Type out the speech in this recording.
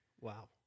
Wow